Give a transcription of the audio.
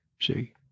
See